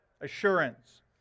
assurance